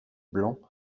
blanc